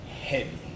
heavy